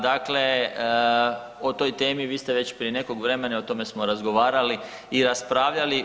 Dakle, o toj temi vi ste već i prije nekog vremena i o tome smo razgovarali i raspravljali.